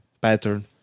pattern